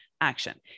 action